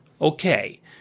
okay